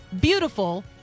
beautiful